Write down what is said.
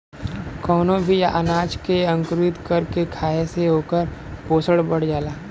कवनो भी अनाज के अंकुरित कर के खाए से ओकर पोषण बढ़ जाला